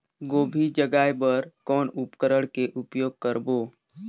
गोभी जगाय बर कौन उपकरण के उपयोग करबो?